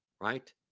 right